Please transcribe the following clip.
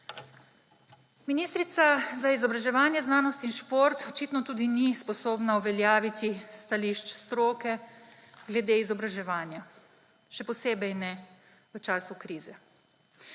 Ministrica za izobraževanje, znanost in šport očitno tudi ni sposobna uveljaviti stališč stroke glede izobraževanja, še posebej ne v času krize.